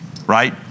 Right